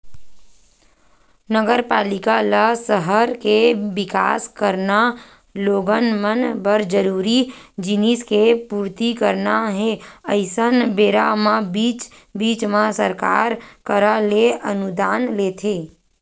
नगरपालिका ल सहर के बिकास कराना लोगन मन बर जरूरी जिनिस के पूरति कराना हे अइसन बेरा म बीच बीच म सरकार करा ले अनुदान लेथे